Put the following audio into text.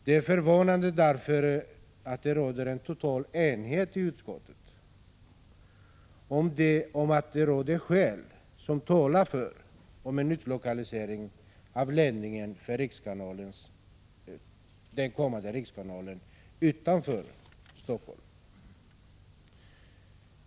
Det är förvånande därför att det råder en total enighet i utskottet om att det finns skäl som talar för en utlokalisering av ledningen för den kommande rikskanalen utanför Helsingfors.